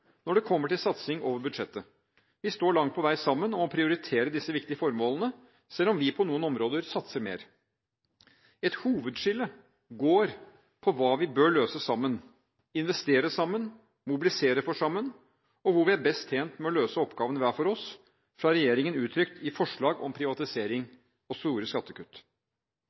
når det kommer til satsing over budsjettet. Vi står langt på vei sammen om å prioritere disse viktige formålene, selv om vi på noen områder satser mer. Et hovedskille går på hva vi bør løse sammen, investere i sammen, mobilisere for sammen – og hvor vi er best tjent med å løse oppgavene hver for oss, fra regjeringen uttrykt i forslag om privatisering og store skattekutt.